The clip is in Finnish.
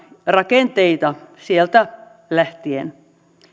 rakenteita niistä lähtien